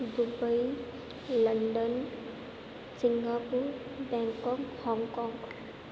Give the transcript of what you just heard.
Dubai London Singapore Bangkok Hong Kong